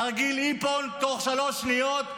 תרגיל איפון תוך שלוש שניות,